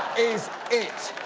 is it.